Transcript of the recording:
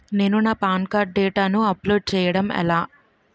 నేను నా PAN card డేటాను అప్లోడ్ చేయడం ఎలా?